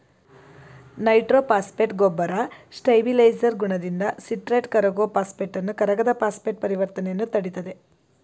nitrophosphate ಗೊಬ್ಬರ stabiliser ಗುಣದಿಂದ citrate ಕರಗೋ ಫಾಸ್ಫೇಟನ್ನು ಕರಗದ ಫಾಸ್ಫೇಟ್ ಪರಿವರ್ತನೆಯನ್ನು ತಡಿತದೆ